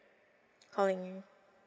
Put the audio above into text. calling you